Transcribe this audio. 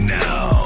now